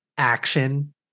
action